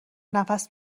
نفس